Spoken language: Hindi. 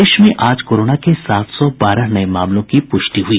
प्रदेश में आज कोरोना के सात सौ बारह नये मामलों की पुष्टि हुई